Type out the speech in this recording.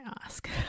ask